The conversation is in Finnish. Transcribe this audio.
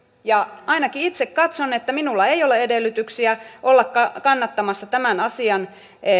ainakin itse katson että minulla ei ole edellytyksiä olla kannattamassa tämän asian